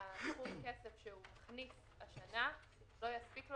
הכסף שמכניס הביטוח הלאומי השנה לא יספיק לו